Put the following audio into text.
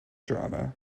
drama